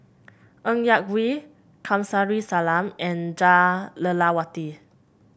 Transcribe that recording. Ng Yak Whee Kamsari Salam and Jah Lelawati